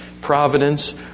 providence